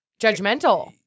Judgmental